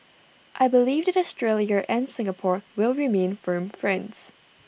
I believe that Australia and Singapore will remain firm friends